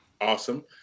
Awesome